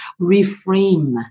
reframe